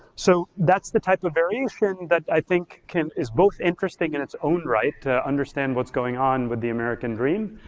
so that's the type of variation that i think is both interesting in its own right to understand what's going on with the american dream.